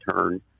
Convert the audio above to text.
turn